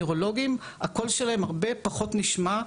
אותו אדם כמובן הגיע עם נזקים נוירולוגים עצומים.